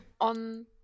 On